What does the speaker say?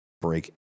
break